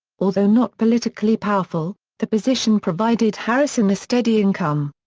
although not politically powerful, the position provided harrison a steady income.